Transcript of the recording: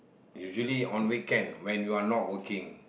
usually on weekend when you are not working